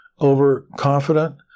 overconfident